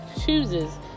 chooses